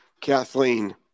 Kathleen